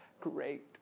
Great